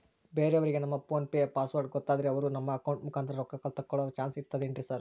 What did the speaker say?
ಬೇರೆಯವರಿಗೆ ನಮ್ಮ PhonePe password ಗೊತ್ತಾದ್ರೆ ಅವರು ನಮ್ಮ ಅಕೌಂಟ್ ಮುಖಾಂತರ ರೊಕ್ಕ ತಕ್ಕೊಳ್ಳೋ ಚಾನ್ಸ್ ಇರ್ತದೆನ್ರಿ ಸರ್?